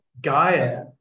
Gaia